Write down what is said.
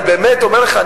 אני באמת אומר לך,